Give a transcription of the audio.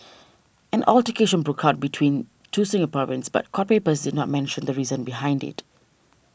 an altercation broke out between two Singaporeans but court papers did not mentioned the reason behind it